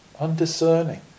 undiscerning